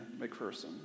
McPherson